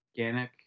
organic